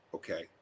Okay